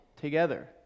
together